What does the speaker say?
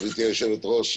גברתי היושבת-ראש,